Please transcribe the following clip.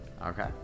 Okay